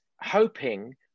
hoping